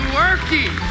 working